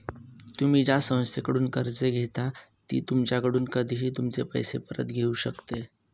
तुम्ही ज्या संस्थेकडून कर्ज घेता ती तुमच्याकडून कधीही तुमचे पैसे परत घेऊ शकते